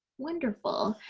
wonderful.